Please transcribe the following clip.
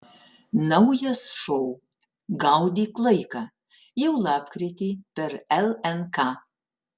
naujas šou gaudyk laiką jau lapkritį per lnk